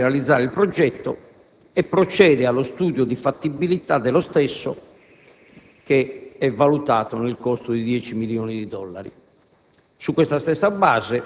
sulla possibilità di realizzare il progetto e procede allo studio di fattibilità dello stesso, che è valutato nel costo di 10 milioni di dollari.